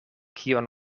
kion